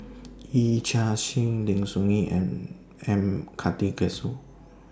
Yee Chia Hsing Lim Soo Ngee and M Karthigesu